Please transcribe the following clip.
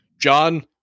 John